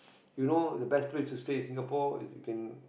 you know the best place to stay is Singapore as you can